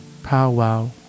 powwow